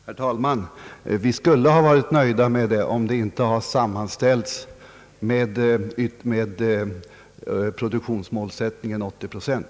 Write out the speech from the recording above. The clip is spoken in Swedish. Herr talman! Vi skulle ha varit nöjda med det uttalandet, om det inte hade sammanställts med produktionsmålsättningen 80 procent.